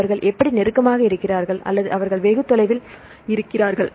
அவர்கள் எப்படி நெருக்கமாக இருக்கிறார்கள் அல்லது அவர்கள் வெகு தொலைவில் இருக்கிறார்கள்